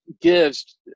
gives